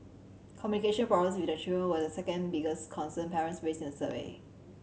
communication problems with their children were the second biggest concern parents raised in the survey